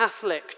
Catholic